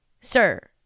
Sir